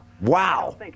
Wow